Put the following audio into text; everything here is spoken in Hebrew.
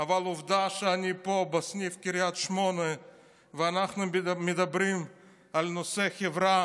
אבל עובדה שאני פה בסניף קריית שמונה ואנחנו מדברים על נושאי חברה,